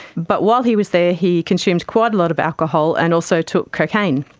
but while he was there he consumed quite a lot of alcohol and also took cocaine.